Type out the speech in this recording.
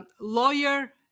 lawyer